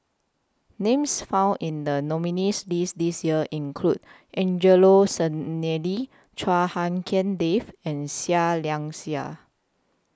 Names found in The nominees' list This Year include Angelo Sanelli Chua Hak Lien Dave and Seah Liang Seah